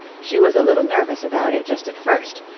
she was a little nervous about it just at first,